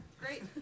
Great